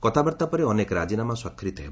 କଥାବାର୍ତ୍ତା ପରେ ଅନେକ ରାଜିନାମା ସ୍ୱାକ୍ଷରିତ ହେବ